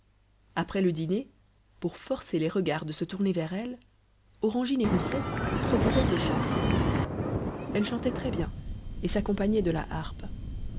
après le dîner pour forcer les regards de se tourner vers elles orangine et roussette proposèrent de chanter elles chantaient très bien et s'accompagnaient de la harpe